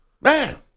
Man